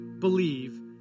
believe